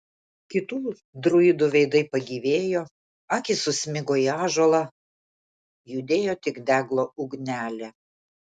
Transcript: kitų druidų veidai pagyvėjo akys susmigo į ąžuolą judėjo tik deglo ugnelė